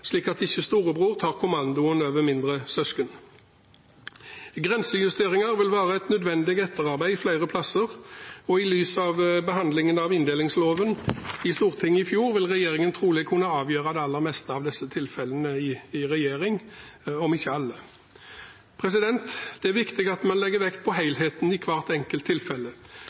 slik at ikke storebror tar kommandoen over mindre søsken. Grensejusteringer vil være et nødvendig etterarbeid flere plasser, og i lys av behandlingen av inndelingsloven i Stortinget i fjor, vil regjeringen trolig kunne avgjøre de aller fleste av disse tilfellene, om ikke alle. Det er viktig at vi legger vekt på helheten i hvert enkelt tilfelle.